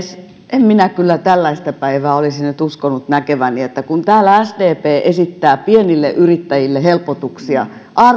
en minä kyllä tällaista päivää olisi nyt uskonut näkeväni että kun täällä sdp esittää pienille yrittäjille helpotuksia arkeen